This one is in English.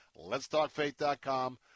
letstalkfaith.com